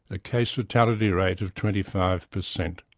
a case fatality rate of twenty five percent.